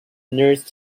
nurse